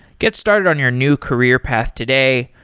get started on your new career path today.